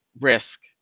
risk